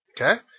Okay